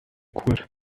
kurt